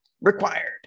required